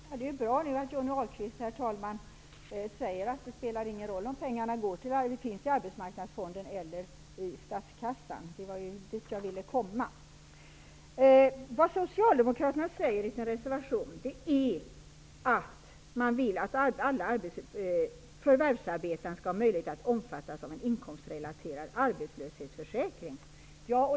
Herr talman! Det är bra att Johnny Ahlqvist säger att det inte spelar någon roll om pengarna finns i Arbetsmarknadsfonden eller i statskassan. Det var dit jag ville komma. Socialdemokraterna säger i sin reservation att de vill att alla förvärvsarbetande skall ha möjlighet att omfattas av en inkomstrelaterad arbetslöshetsförsäkring.